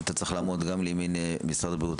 אתה צריך לעמוד גם לימין משרד הבריאות.